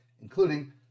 including